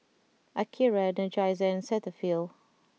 Akira Energizer and Cetaphil